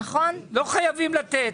לא חייבים לתת.